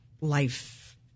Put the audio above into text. life